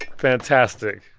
fantastic.